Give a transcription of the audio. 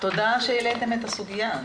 תודה שהעליתם את הסוגיה.